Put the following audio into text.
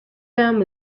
them